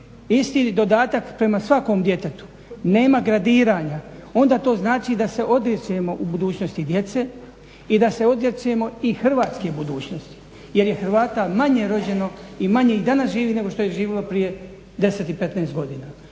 isti dodatak prema svakom djetetu nema gradiranja, onda to znači da se odričemo u budućnosti djeci i da se odričemo i hrvatske budućnosti jer je Hrvata manje rođeno i manje ih danas živi nego što je živilo prije 10 i 15 godina